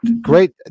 great